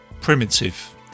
primitive